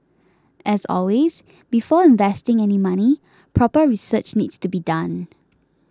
as always before investing any money proper research needs to be done